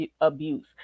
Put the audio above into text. abuse